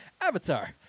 Avatar